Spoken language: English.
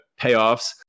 payoffs